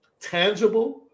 tangible